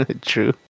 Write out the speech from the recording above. True